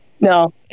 No